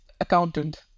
accountant